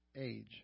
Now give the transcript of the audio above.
age